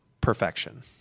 perfection